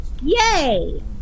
Yay